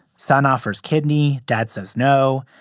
son offers kidney. dad says no.